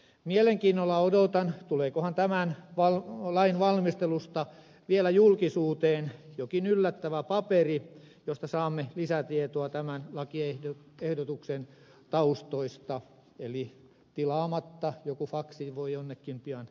mielenkiinnolla odotan tuleekohan tämän lain valmistelusta vielä julkisuuteen jokin yllättävä paperi josta saamme lisätietoa tämän lakiehdotuksen taustoista eli tilaamatta joku faksi voi jonnekin pian ilmestyä